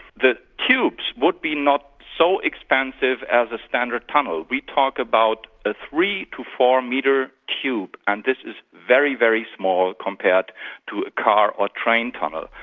the tubes would be not so expensive as a standard tunnel. we talk about a three to four-metre tube, and this is very, very small compared to car or train tunnel.